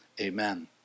amen